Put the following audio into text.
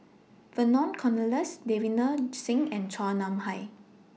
Vernon Cornelius Davinder Singh and Chua Nam Hai